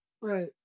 Right